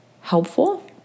helpful